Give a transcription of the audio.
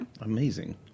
Amazing